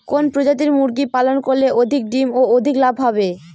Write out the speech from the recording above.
কোন প্রজাতির মুরগি পালন করলে অধিক ডিম ও অধিক লাভ হবে?